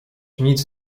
nic